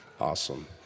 awesome